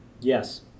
Yes